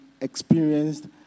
experienced